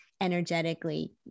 energetically